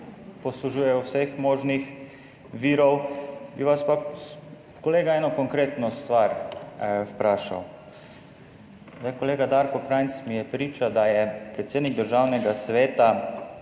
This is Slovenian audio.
poslužujejo vseh možnih virov. Vi vas pa, kolega, eno konkretno stvar vprašal. Kolega Darko Krajnc mi je priča, da je predsednik Državnega sveta,